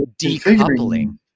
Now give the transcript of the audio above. decoupling